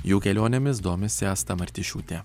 jų kelionėmis domisi asta martišiūtė